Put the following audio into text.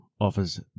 offers